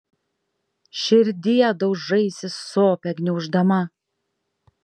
širdie daužaisi sopę gniauždama